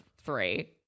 three